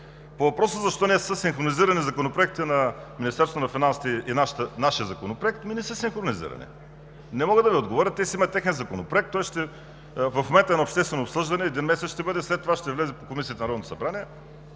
По въпроса защо не е синхронизиран Законопроектът на Министерството на финансите с нашия Законопроект? Ами не са синхронизирани. Не мога да Ви отговоря. Те си имат техен Законопроект. В момента е на обществено обсъждане – един месец, след това ще влезе в Комисията на Народното събрание.